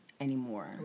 anymore